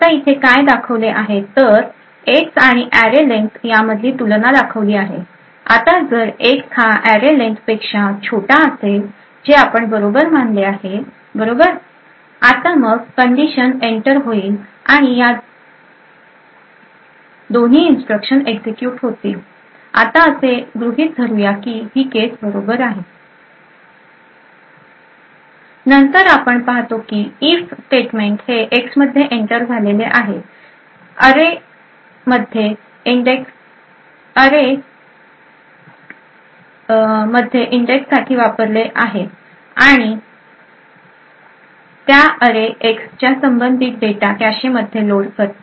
आता इथे काय दाखवले आहेत तर X आणि array len यामधील तुलना दाखवली आहे आता जर X हा array len पेक्षा छोटा असेल जे आपण बरोबर मानले आहे बरोबर आता मग if कंडिशन इंटर होईल आणि या दोन्ही इन्स्ट्रक्शन एक्झिक्युट होतील आणि आता असे गृहीत धरू या की हि केस बरोबर आहे नंतर आपण पहातो की इफ स्टेटमेंट हे X मध्ये इंटर झाले आहे ते अरे मध्ये इंडेक्स साठी वापरले जाते आणि त्या arrayx संबंधित डेटा कॅशे मध्ये लोड करते